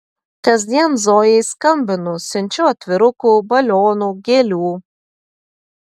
kasdien zojai skambinu siunčiu atvirukų balionų gėlių